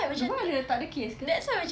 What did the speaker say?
dubai ada takde case ke